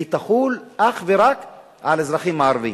היא תחול אך ורק על האזרחים הערבים.